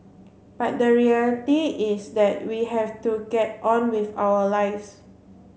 but the reality is that we have to get on with our lives